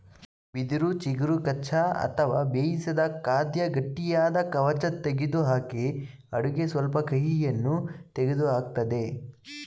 ಬಿದಿರು ಚಿಗುರು ಕಚ್ಚಾ ಅಥವಾ ಬೇಯಿಸಿದ ಖಾದ್ಯ ಗಟ್ಟಿಯಾದ ಕವಚ ತೆಗೆದುಹಾಕಿ ಅಡುಗೆ ಸ್ವಲ್ಪ ಕಹಿಯನ್ನು ತೆಗೆದುಹಾಕ್ತದೆ